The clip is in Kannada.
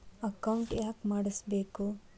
ಅಕೌಂಟ್ ಯಾಕ್ ಮಾಡಿಸಬೇಕು?